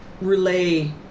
relay